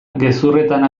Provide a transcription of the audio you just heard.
gezurretan